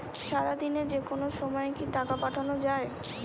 সারাদিনে যেকোনো সময় কি টাকা পাঠানো য়ায়?